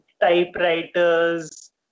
typewriters